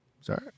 Sorry